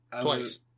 twice